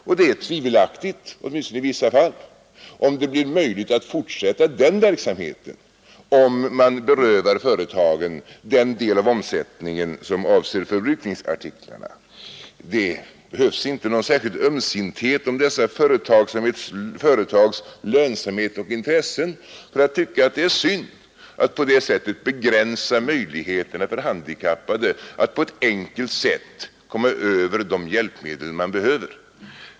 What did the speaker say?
Och det är tvivelaktigt, åtminstone i vissa fall, om det blir möjligt att fortsätta den verksamheten om man berövar företagen den del av omsättningen som avser förbrukningsartiklarna. Det krävs inte någon särskild ömsinthet i fråga om dessa företags lönsamhet och intressen för att tycka att det är synd att på det viset begränsa möjligheterna för handikappade att på ett enkelt sätt komma över de hjälpmedel de behöver.